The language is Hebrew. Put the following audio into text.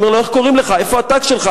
אני אומר לו: איך קוראים לך, איפה התג שלך?